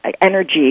energy